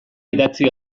idatzi